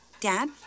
Dad